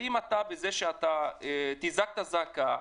בכך שתזעק את הזעקה,